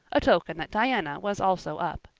a token that diana was also up.